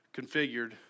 configured